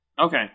Okay